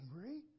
angry